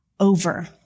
over